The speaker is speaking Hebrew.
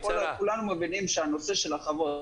כולנו מבינים שהנושא של החוות